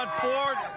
ford,